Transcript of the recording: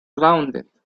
rounded